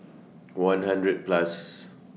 one hundred Plus